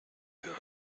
für